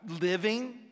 living